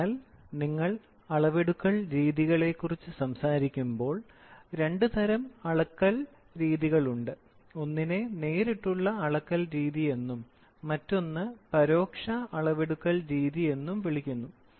അതിനാൽ നിങ്ങൾ അളവെടുക്കൽ രീതികളെക്കുറിച്ച് സംസാരിക്കുമ്പോൾ രണ്ട് തരം അളക്കൽ രീതികളുണ്ട് ഒന്നിനെ നേരിട്ടുള്ള അളക്കൽ രീതി എന്നും മറ്റൊന്ന് പരോക്ഷ അളവെടുക്കൽ രീതി എന്നും വിളിക്കുന്നു